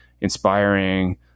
inspiring